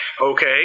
Okay